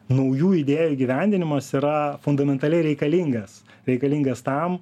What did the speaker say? naujų idėjų įgyvendinimas yra fundamentaliai reikalingas reikalingas tam